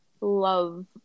love